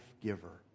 giver